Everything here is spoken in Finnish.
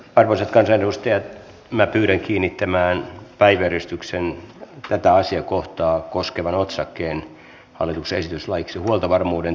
arvoisat kansanedustajat minä pyydän kiinnittämään huomiota päiväjärjestyksen tätä asiakohtaa koskevaan otsakkeeseen hallituksen esitys laeiksi huoltovarmuuden turvaamisesta